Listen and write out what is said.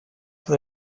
for